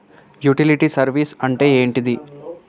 Utility service అంటే ఏంటిది?